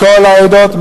מכל העדות,